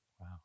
wow